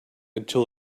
until